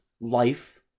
life